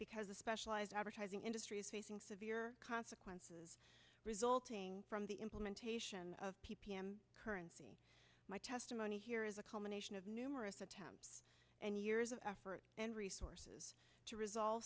because the specialized advertising industry is facing severe consequences resulting from the implementation of p p m currency my testimony here is a culmination of numerous attempts and years of effort and resources to resolve